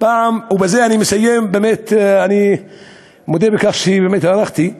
בזה אני מסיים, אני מודה בכך שבאמת הארכתי,